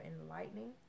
enlightening